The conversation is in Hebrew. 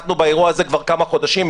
אנחנו באירוע הזה כבר כמה חודשים,